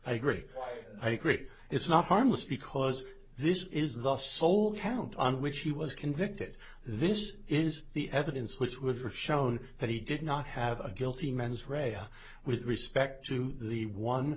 i agree i agree it's not harmless because this is the sole count on which he was convicted this is the evidence which were shown that he did not have a guilty mens rea with respect to the one